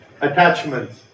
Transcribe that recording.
attachments